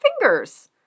fingers